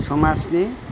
समाजनि